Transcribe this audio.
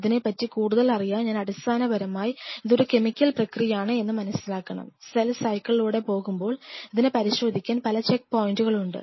ഇതിനെപ്പറ്റി കൂടുതൽ അറിയാൻ ഞാൻ അടിസ്ഥാനപരമായി ഇതൊരു കെമിക്കൽ പ്രക്രിയയാണ് എന്ന് മനസ്സിലാക്കണം സെൽ സൈക്കിളിലൂടെ പോകുമ്പോൾ ഇതിനെ പരിശോധിക്കാൻ പല ചെക്ക് പോയിൻറ്കളും ഉണ്ട്